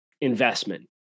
investment